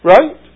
Right